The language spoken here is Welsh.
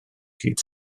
hyd